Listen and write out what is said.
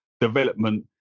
development